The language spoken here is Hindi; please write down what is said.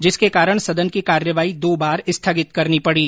जिसके कारण सदन की कार्यवाही दो बार स्थगित करनी पड़ी